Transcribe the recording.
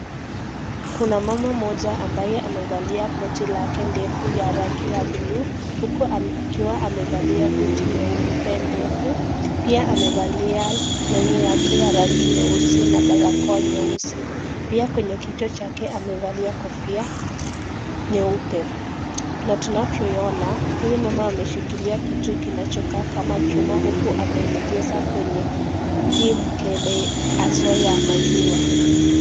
Kuna mama moja ambaye amevalia koti lake ndefu ya rangi ya blue huku akiwa amevalia Buti nyeupe ndefu, pia amevalia longi yake ya rangi nyeusi, na barakoa nyeusi. Pia kwenye kichwa chake amevalia kofia nyeupe. Na tunavyoona, huyo mama ameshikilia kitu kinacho kaa kama chuma huku amelegeza kwenye hii mkebe haswa ya maziwa.